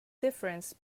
difference